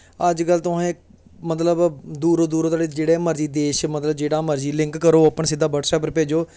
अज्ज कल तुुस दूर दूरों तक मतलव जेह्ड़ा मर्जी देश मतलव जेह्ड़ा मर्जी लिंक ओपन करो ब्हट्सैप पर भेजो